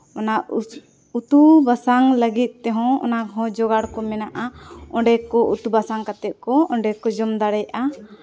ᱚᱱᱟ ᱩᱛᱩ ᱵᱟᱥᱟᱝ ᱞᱟᱹᱜᱤᱫ ᱛᱮᱦᱚᱸ ᱚᱱᱟᱦᱚᱸ ᱡᱳᱜᱟᱲ ᱠᱚ ᱢᱮᱱᱟᱜᱼᱟ ᱚᱸᱰᱮ ᱠᱚ ᱩᱛᱩ ᱵᱟᱥᱟᱝ ᱠᱟᱛᱮ ᱠᱚ ᱚᱸᱰᱮ ᱠᱚ ᱡᱚᱢ ᱫᱟᱲᱮᱭᱟᱜᱼᱟ